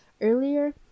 earlier